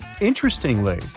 Interestingly